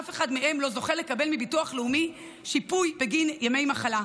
אף אחד מהם לא זוכה לקבל מביטוח לאומי שיפוי בגין ימי מחלה,